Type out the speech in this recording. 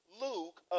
Luke